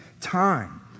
time